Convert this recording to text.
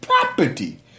property